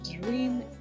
dream